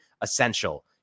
essential